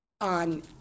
on